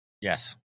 Yes